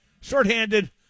shorthanded